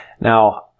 Now